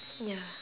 ya